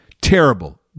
terrible